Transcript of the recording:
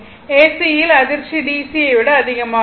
AC யில் அதிர்ச்சி DC யை விட அதிகமாக இருக்கும்